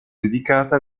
dedicata